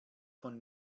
von